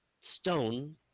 stone